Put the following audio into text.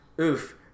oof